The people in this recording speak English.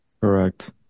Correct